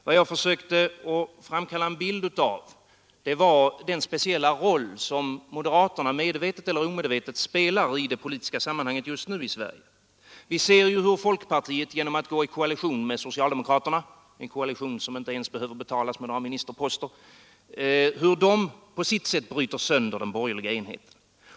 Vad jag försökte framkalla en bild av var den roll som moderaterna medvetet eller omedvetet spelar just nu i Sverige. Vi ser hur folkpartiet går i koalition med socialdemokraterna — en koalition som inte ens behöver betalas med några ministerposter — och på sitt sätt bryter den borgerliga enheten.